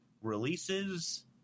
releases